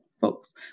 folks